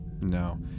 No